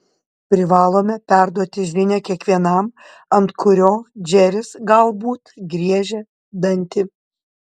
privalome perduoti žinią kiekvienam ant kurio džeris galbūt griežia dantį